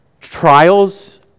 trials